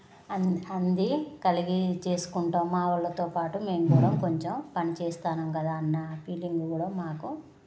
అం అంది కలిగి చేసుకుంటాం మావాళ్ళతో పాటు మేము కూడా కొంచెం పని చేస్తానం కదా అన్న ఫీలింగు కూడా మాకు